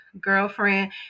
girlfriend